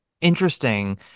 interesting